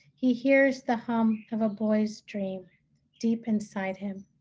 he hears the hum of a boy's dream deep inside him.